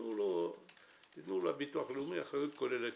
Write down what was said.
תנו לביטוח הלאומי אחריות כוללת,